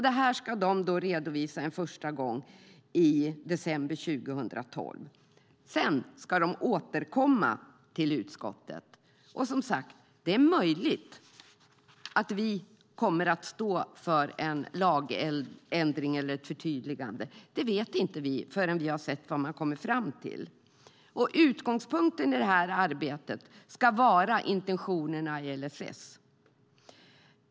Detta ska redovisas en första gång i december 2012. Sedan ska man återkomma till utskottet. Det är som sagt möjligt att vi kommer att stå för en lagändring eller ett förtydligande. Det vet vi inte förrän vi har sett vad man har kommit fram till. Utgångspunkten i arbetet ska vara intentionerna i LSS.